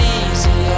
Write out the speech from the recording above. easy